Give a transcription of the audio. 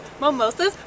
Mimosas